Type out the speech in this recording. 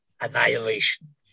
annihilation